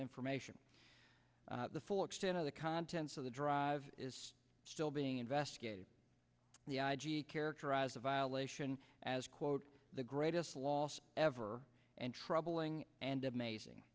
information the full extent of the contents of the drive is still being investigated the i g characterized a violation as quote the greatest loss ever and troubling and amazing